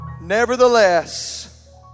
Nevertheless